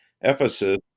Ephesus